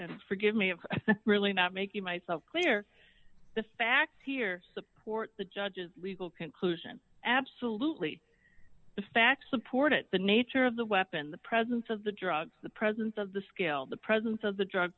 forgive me of really not making myself clear the facts here support the judge's legal conclusion absolutely the facts support it the nature of the weapon the presence of the drugs the presence of the skill the presence of the drug